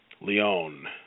Leon